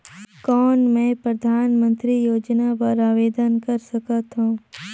कौन मैं परधानमंतरी योजना बर आवेदन कर सकथव?